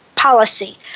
policy